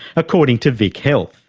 according to vichealth.